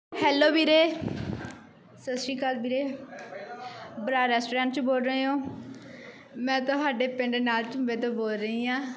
hello ਵੀਰੇ ਸਤਿ ਸ਼੍ਰੀ ਅਕਾਲ ਵੀਰੇ ਬਰਾ ਰੈਸਟੋਰੈਂਟ 'ਚੋ ਬੋਲ ਰਹੇ ਹੋ ਮੈਂ ਤੁਹਾਡੇ ਪਿੰਡ ਨਾਲ ਝੁੰਬੇ ਬੋਲ ਰਹੀ ਹਾਂ